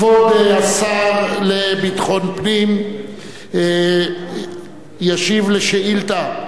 כבוד השר לביטחון פנים ישיב על שאילתא,